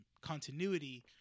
continuity